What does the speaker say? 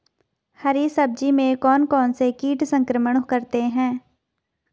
हरी सब्जी में कौन कौन से कीट संक्रमण करते हैं?